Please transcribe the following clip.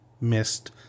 missed